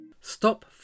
Stop